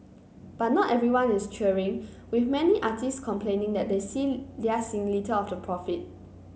but not everyone is cheering with many artists complaining that they seen they are seeing little of the profit